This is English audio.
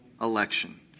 election